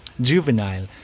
juvenile